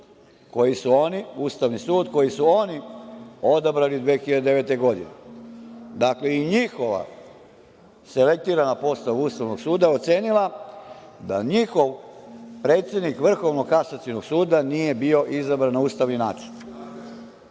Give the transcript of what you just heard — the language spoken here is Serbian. je to ocenio Ustavni sud koji su oni odabrali 2009. godine. Dakle, i njihova selektirana postava Ustavnog suda je ocenila da njihov predsednik Vrhovnog kasacionog suda nije bio izabran na ustavni način.